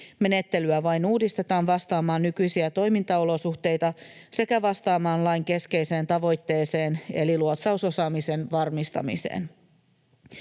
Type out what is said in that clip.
Menettelyä vain uudistetaan vastaamaan nykyisiä toimintaolosuhteita sekä vastaamaan lain keskeiseen tavoitteeseen eli luotsausosaamisen varmistamiseen.